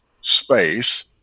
space